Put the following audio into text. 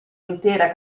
intera